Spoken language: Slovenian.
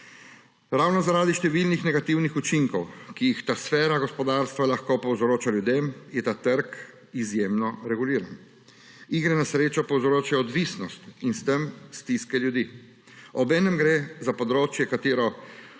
Ravno zaradi številnih negativnih učinkov, ki jih ta sfera gospodarstva lahko povzroča ljudem, je ta trg izjemno reguliran. Igre na srečo povzročajo odvisnost in s tem stiske ljudi. Obenem gre za področje, ki